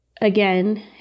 again